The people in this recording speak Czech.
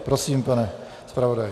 Prosím, pane zpravodaji.